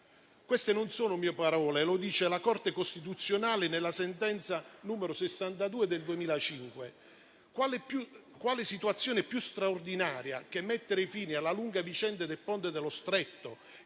Queste non sono mie parole, ma affermazioni della Corte costituzionale nella sentenza n. 62 del 2005. Quale situazione è più straordinaria che mettere fine alla lunga vicenda del Ponte sullo Stretto,